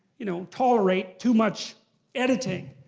you know, tolerate too much editing.